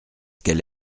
qu’elle